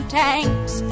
tanks